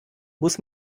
muss